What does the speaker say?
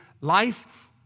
life